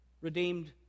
redeemed